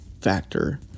factor